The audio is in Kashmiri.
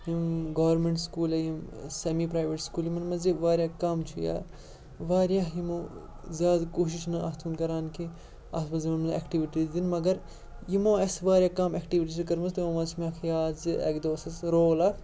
یِم گورمٮ۪نٛٹ سکوٗل یا یِم سمی پرٛایویٹ سکوٗل یِمَن منٛز یہِ واریاہ کَم چھِ یا واریاہ یِمو زیادٕ کوٗشِش نہٕ اَتھ کُن کَران کینٛہہ اَتھ منٛز یِوان نہٕ اٮ۪کٹٕوِٹیٖز دِنہٕ مگر یِمو اَسہِ واریاہ کَم اٮ۪کٹِوِٹیٖز چھِ کٔرمٕژ تِمو منٛز چھِ مےٚ اَکھ یاد زِ اَکہِ دۄہ ٲس اَسہِ رول اَکھ